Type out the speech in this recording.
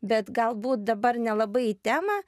bet galbūt dabar nelabai į temą